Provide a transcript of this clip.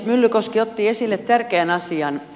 myllykoski otti esille tärkeän asian